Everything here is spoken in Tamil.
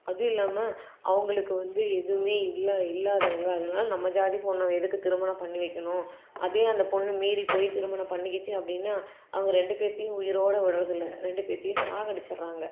அதுவும் இல்லாமல் அவங்களுக்கு வந்து எதுவுமே இல்லை இல்லாதவங்க அதனால் நம்ம ஜாதி பெண்ண எதுக்கு திருமணம் பண்ணி வைக்கணும் அதே அந்த பெண்ணு மீறி போய் திருமணம் பண்ணிக்கிச்சு அப்படின்னா அவங்க ரெண்டு பேர்த்தையும் உயிரோட விட்றதில்ல ரெண்டு பேர்த்தையும் சாகடிச்சிடுறாங்க